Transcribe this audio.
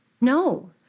No